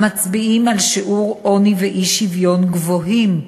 המצביעים על שיעורי עוני ואי-שוויון גבוהים,